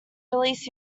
released